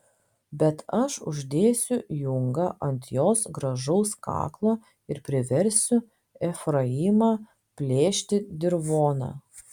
bet aš uždėsiu jungą ant jos gražaus kaklo ir priversiu efraimą plėšti dirvoną